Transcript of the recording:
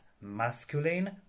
masculine